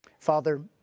Father